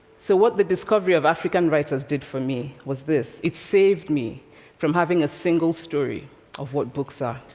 so what the discovery of african writers did for me was this it saved me from having a single story of what books are.